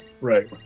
Right